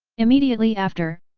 immediately after,